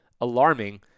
alarming